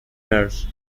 merge